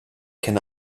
can